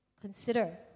consider